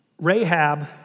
Rahab